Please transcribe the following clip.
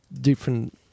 different